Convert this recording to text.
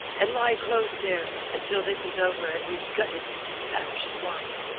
and lie close there, until this is over, and we've gutted these spanish swine.